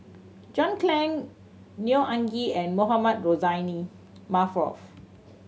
John Clang Neo Anngee and Mohamed Rozani